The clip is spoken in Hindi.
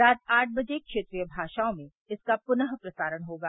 रात आठ बजे क्षेत्रीय भाषाओं में इसका पुनः प्रसारण होगा